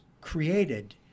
created